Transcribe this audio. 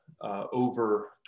over